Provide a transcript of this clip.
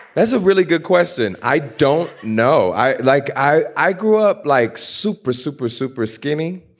that's a really good question. i don't know. i like i i grew up like super, super, super skinny.